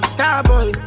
Starboy